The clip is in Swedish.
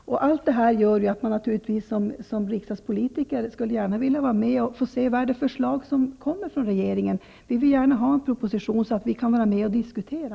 Allt detta gör att man som riksdagspolitiker naturligtvis gärna skulle vilja se vad det är för förslag som regeringen kommer med. Vi vill gärna ha en proposition så att vi kan vara med och diskutera.